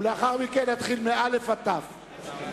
לאחר מכן נתחיל מאל"ף עד תי"ו.